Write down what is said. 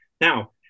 now